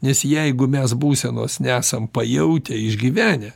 nes jeigu mes būsenos nesam pajautę išgyvenę